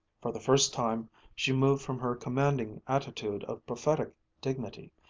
for the first time she moved from her commanding attitude of prophetic dignity.